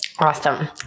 Awesome